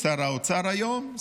שר האוצר היום,